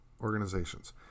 organizations